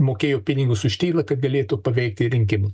mokėjo pinigus už tylą kaip galėtų paveikti rinkimu